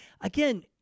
again